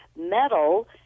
metal